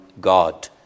god